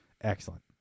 Excellent